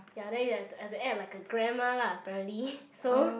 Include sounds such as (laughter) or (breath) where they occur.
ya then you have to I have to act like a grandma lah apparently (breath) so